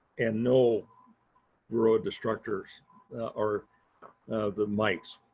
and know varroa destructors are the mites.